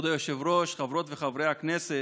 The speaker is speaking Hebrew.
כבוד היושב-ראש, חברות וחברי הכנסת,